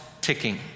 ticking